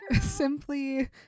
simply